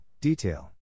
Detail